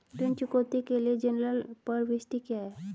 ऋण चुकौती के लिए जनरल प्रविष्टि क्या है?